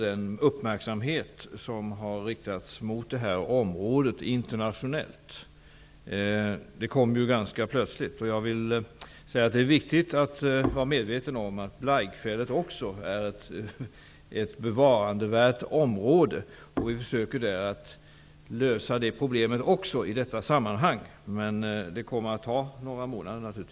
Den uppmärksamhet som riktat mot det här området internationellt kom också ganska plötsligt. Det är viktigt att vi är medvetna om att Blaikfjället också är ett område som är värt att bevara. Regeringen försöker i detta sammanhang att lösa även det problemet. Men det kommer naturligtvis att ta några månader i anspråk.